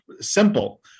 simple